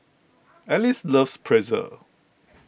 Alice loves Pretzel